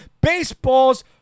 baseball's